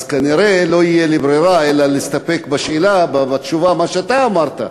אז כנראה לא תהיה לי ברירה אלא להסתפק בתשובה שאתה אמרת,